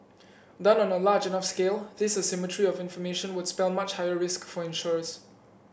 done on a large enough scale this asymmetry of information would spell much higher risk for insurers